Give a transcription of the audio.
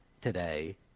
today